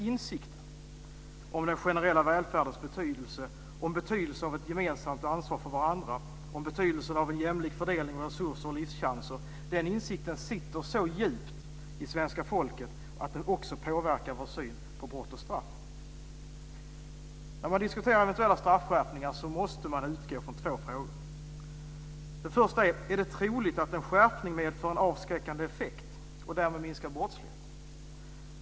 Insikten om den generella välfärdens betydelse, om betydelsen av ett gemensamt ansvar för varandra, om betydelsen av en jämlik fördelning av resurser och livschanser sitter så djupt i svenska folket att den också påvekar vår syn på brott och straff. När man diskuterar eventuella straffskärpningar måste man utgå från två frågor. Den första är: Är det troligt att en skärpning medför en avskräckande effekt och därmed minskar brottsligheten?